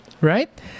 right